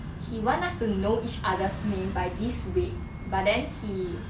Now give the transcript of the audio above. he want us to know each other's name by this week but then he